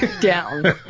down